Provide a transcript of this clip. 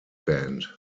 band